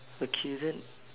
okay then